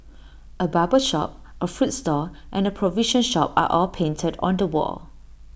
A barber shop A fruit stall and A provision shop are all painted on the wall